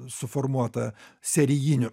suformuota serijinių